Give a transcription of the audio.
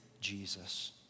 Jesus